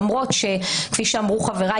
למרות שכפי שאמרו חבריי,